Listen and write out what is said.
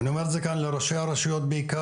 אני אומר את זה כאן לראשי הרשויות בעיקר,